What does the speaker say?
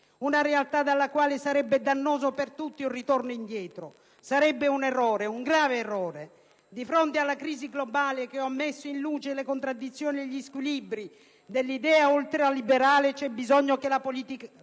una realtà dalla quale sarebbe dannoso per tutti un ritorno indietro. Sarebbe un errore, un grave errore. Di fronte alla crisi globale, che ha messo in luce le contraddizioni e gli squilibri dell'idea ultraliberale, c'è bisogno che la politica